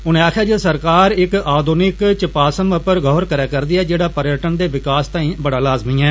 उनें आक्खेआ जे सरकार इक आधुनिक चपासम पर गौर करै करदी ऐ जेड़ा पर्यटन दे विकास तांई लाजमी ऐ